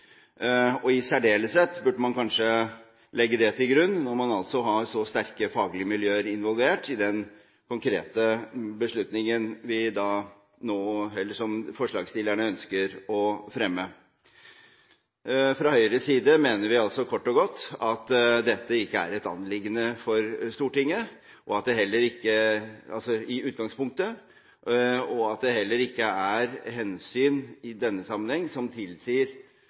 burde kanskje i særdeleshet legge dette til grunn når det altså er så sterke fagmiljøer involvert i denne konkrete beslutningen som forslagsstillerne ønsker å fremme. Fra Høyres side mener vi altså kort og godt at dette i utgangspunktet ikke er et anliggende for Stortinget, og at det heller ikke er hensyn i denne sammenheng som tilsier at man må gå til noen slags strakstiltak eller overprøve de instansene som er inne i denne